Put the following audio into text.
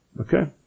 Okay